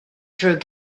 through